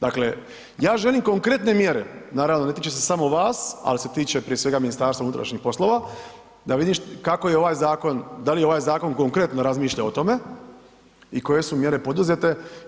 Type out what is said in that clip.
Dakle, ja želim konkretne mjere, naravno ne tiče se samo vas ali se tiče prije svega Ministarstva unutrašnjih poslova da vidim kako je ovaj zakon, da li ovaj zakon konkretno razmišlja o tome i koje su mjere poduzete.